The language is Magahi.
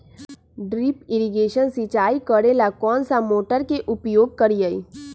ड्रिप इरीगेशन सिंचाई करेला कौन सा मोटर के उपयोग करियई?